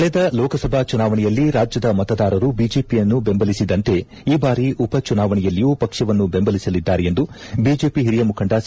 ಕಳೆದ ಲೋಕಸಭಾ ಚುನಾವಣೆಯಲ್ಲಿ ರಾಜ್ಯದ ಮತದಾರರು ಬಿಜೆಪಿಯನ್ನು ಬೆಂಬಲಿಸಿದಂತೆ ಈ ಬಾರಿ ಉಪ ಚುನಾವಣೆಯಲ್ಲಿಯೂ ಪಕ್ಷವನ್ನು ಬೆಂಬಲಿಸಲಿದ್ದಾರೆ ಎಂದು ಬಿಜೆಪಿ ಹಿರಿಯ ಮುಖಂಡ ಸಿ